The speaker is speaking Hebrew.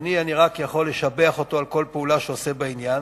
ואני יכול רק לשבח את אדוני על כל פעולה שהוא עושה בעניין,